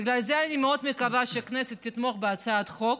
בגלל זה אני מאוד מקווה שהכנסת תתמוך בהצעת החוק,